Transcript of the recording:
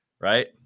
right